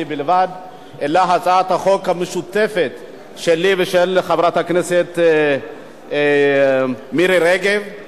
בלבד אלא הצעת חוק משותפת לחברת הכנסת מירי רגב ולי.